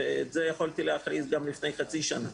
ויכולתי להכריז את זה גם לפני חצי שנה.